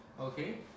Okay